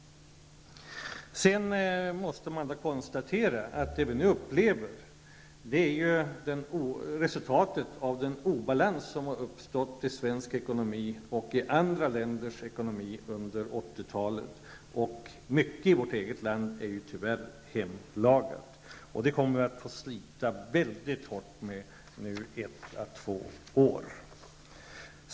Det måste konstateras att det vi nu upplever är resultatet av den obalans som har uppstått i svensk ekonomi och i andra länders ekonomi under 1980-talet. Många av problemen i vårt land är tyvärr hemlagade. Dessa problem får vi slita med mycket hårt under ett par år.